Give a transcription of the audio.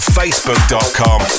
facebook.com